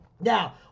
now